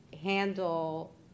handle